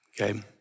Okay